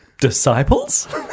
disciples